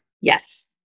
Yes